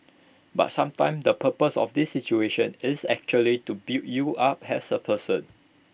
but sometimes the purpose of these situations is actually to build you up as A person